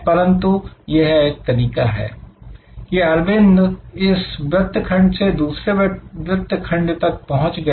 परंतु यह एक तरीका है कि अरविंद इस वृत्तखंड से दूसरे वृत्तखंड तक पहुंच गए